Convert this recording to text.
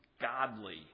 godly